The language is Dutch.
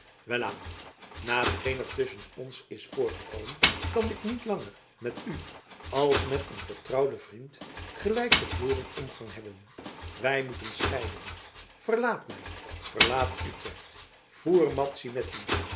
welaan na hetgene er tusschen ons is voorgevallen kan ik niet langer met u als met een vertrouwden vriend gelijk te voren omgang hebben wij moeten scheiden verlaat mij verlaat utrecht voer madzy met u